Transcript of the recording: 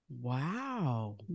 Wow